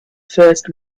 first